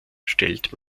stellt